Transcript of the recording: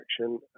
action